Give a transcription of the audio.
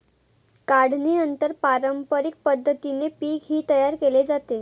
काढणीनंतर पारंपरिक पद्धतीने पीकही तयार केले जाते